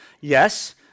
yes